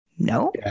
No